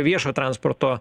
viešo transporto